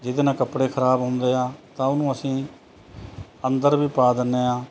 ਜਿਹਦੇ ਨਾਲ ਕੱਪੜੇ ਖ਼ਰਾਬ ਹੁੰਦੇ ਆ ਤਾਂ ਉਹਨੂੰ ਅਸੀਂ ਅੰਦਰ ਵੀ ਪਾ ਦਿੰਦੇ ਹਾਂ